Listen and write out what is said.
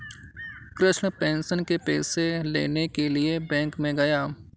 Krishna pension के पैसे लेने के लिए बैंक में गया